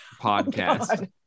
podcast